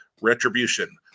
retribution